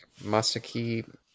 Masaki